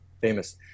famous